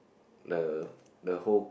the the whole